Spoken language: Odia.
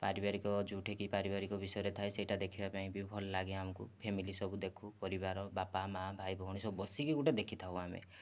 ପାରିବାରିକ ଯେଉଁଠି ବି ପାରିବାରିକ ବିଷୟରେ ଥାଏ ସେହିଟା ଦେଖିବା ପାଇଁ ଭଲ ଲାଗେ ଆମକୁ ଫ୍ୟାମିଲି ସବୁ ଦେଖୁ ବାପା ମାଆ ଭାଇ ଭଉଣୀ ସବୁ ବସିକି ଗୋଟିଏ ଦେଖି ଥାଉ ଆମେ